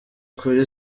kuri